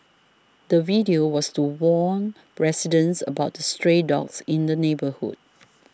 the video was to warn residents about the stray dogs in the neighbourhood